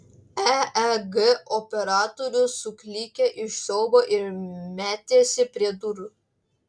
eeg operatorius suklykė iš siaubo ir metėsi prie durų